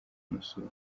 kumusura